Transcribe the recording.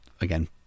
again